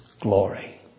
glory